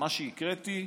למה שהקראתי,